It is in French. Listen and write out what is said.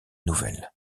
nouvelle